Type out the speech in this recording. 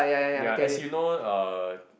as you know uh